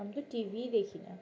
আমি তো টিভিই দেখি না